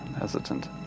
hesitant